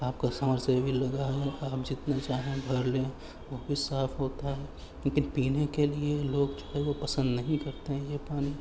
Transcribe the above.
آپ کا سمرسیول لگا ہے آپ جتنا چاہیں بھر لیں وہ بھی صاف ہوتا ہے لیکن پینے کے لیے لوگ جو ہے وہ پسند نہیں کرتے ہیں یہ پانی